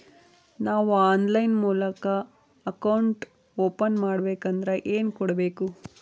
ನಾವು ಆನ್ಲೈನ್ ಮೂಲಕ account open ಮಾಡಬೇಂಕದ್ರ ಏನು ಕೊಡಬೇಕು?